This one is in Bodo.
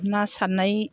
ना सारनाय